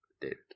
David